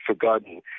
forgotten